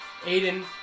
Aiden